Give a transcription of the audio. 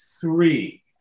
three